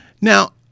Now